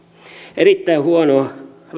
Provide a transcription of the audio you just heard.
erittäin huonoa